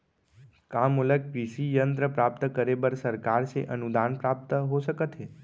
का मोला कृषि यंत्र प्राप्त करे बर सरकार से अनुदान प्राप्त हो सकत हे?